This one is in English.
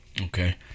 okay